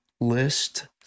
list